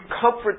comfort